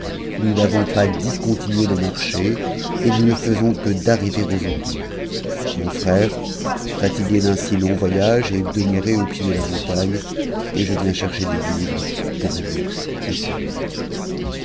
nous n'avons pas discontinué de marcher et nous ne faisous que d'arriver aujourd'hui mon frère fatigué d'un si long voyage est demeuré au pied de la montagne et je viens chercher des vivres pour lui et pour moi